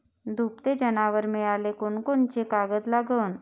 दुभते जनावरं मिळाले कोनकोनचे कागद लागन?